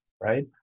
right